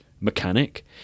mechanic